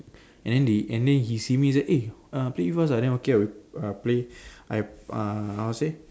and then they and then he see me he said eh uh play with us ah then okay ah then we uh play I uh how to say